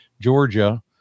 Georgia